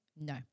No